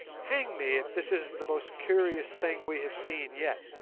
hang me, if this isn't the most curious thing we have seen yet